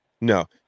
no